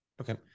Okay